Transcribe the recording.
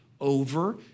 over